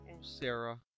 Sarah